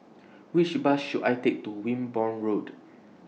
Which Bus should I Take to Wimborne Road